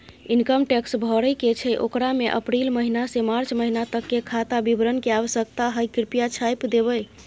Income tax भरय के छै ओकरा में अप्रैल महिना से मार्च महिना तक के खाता विवरण के आवश्यकता हय कृप्या छाय्प देबै?